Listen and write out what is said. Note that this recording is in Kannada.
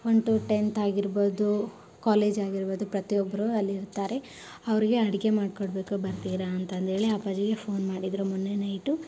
ಒನ್ ಟು ಟೆಂತ್ ಆಗಿರ್ಬೋದು ಕಾಲೇಜ್ ಆಗಿರ್ಬೋದು ಪ್ರತಿಯೊಬ್ಬರು ಅಲ್ಲಿ ಇರ್ತಾರೆ ಅವ್ರಿಗೆ ಅಡುಗೆ ಮಾಡಿಕೊಡ್ಬೇಕು ಬರ್ತೀರ ಅಂತಂದೇಳಿ ಅಪ್ಪಾಜಿಗೆ ಫೋನ್ ಮಾಡಿದರು ಮೊನ್ನೆ ನೈಟು